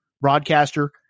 broadcaster